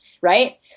right